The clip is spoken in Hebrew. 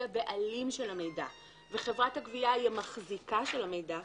הבעלים של המידע וחברת הגבייה היא המחזיקה של המידע,